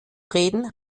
reden